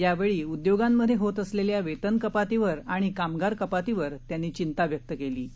यावछी उद्योगांमध्याहित असलखिा वस्ति कपातीवर आणि कामगार कपातीवर त्यांनी चिंता व्यक्त क्वी